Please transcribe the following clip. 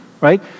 right